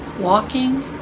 walking